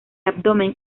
abdomen